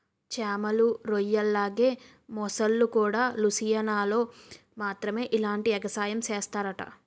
చేమలు, రొయ్యల్లాగే మొసల్లుకూడా లూసియానాలో మాత్రమే ఇలాంటి ఎగసాయం సేస్తరట